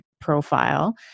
profile